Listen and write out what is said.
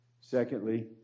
Secondly